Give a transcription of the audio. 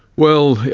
well,